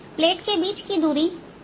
plate के बीच की दूरी d है